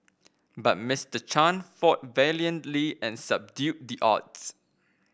but Mister Chan fought valiantly and subdued the odds